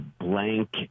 blank